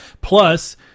Plus